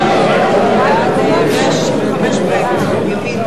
לסעיף 36, משרד התעשייה,